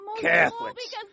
Catholics